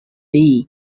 day